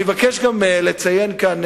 אני מבקש גם לציין כאן,